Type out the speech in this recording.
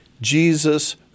Jesus